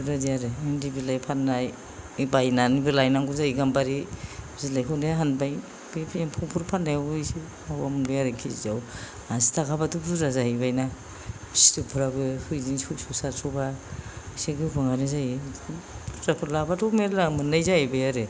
बेबायदि आरो इन्दि बिलाइ फाननाय बायनानैबो लायनांगौ जायो गामबारि बिलाइखौनो हानबाय बि बै एमफौफोर फाननायावबो माबा मोनबाय आरो केजि आव आसि थाखा बाथ' बुरजा जाहैबाय ना फिथोबफ्राबो केजि जों सयस' सातस' बा एसे गोबां आनो जायो बुरजाफोर लाब्लाथ' मेल्ला मोननाय जाहैबाय आरो